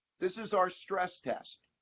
this is our stress test.